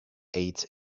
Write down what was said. ate